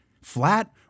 Flat